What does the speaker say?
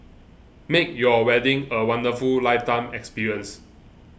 make your wedding a wonderful lifetime experience